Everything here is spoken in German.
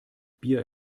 bier